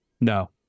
No